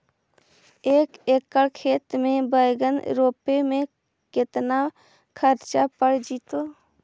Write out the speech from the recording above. एक एकड़ खेत में बैंगन रोपे में केतना ख़र्चा पड़ जितै?